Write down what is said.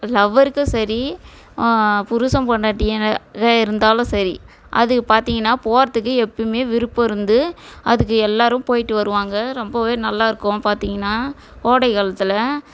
லவ்வருக்கும் சரி புருஷன் பொண்டாட்டியாக இருந்தாலும் சரி அதுக்கு பார்த்தீங்கன்னா போகிறதுக்கு எப்போயுமே விருப்பம் இருந்து அதுக்கு எல்லோரும் போயிட்டு வருவாங்க ரொம்பவே நல்லாயிருக்கும் பார்த்தீங்கன்னா கோடை காலத்துல